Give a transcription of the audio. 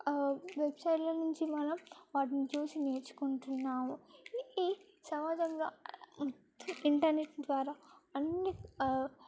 వెబ్సైట్ల నుంచి మనం వాటిని చూసి నేర్చుకుంటున్నాము ఈ సమాజంలో ఇంటర్నెట్ ద్వారా అన్ని